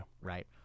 right